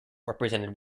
represented